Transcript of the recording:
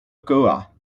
goa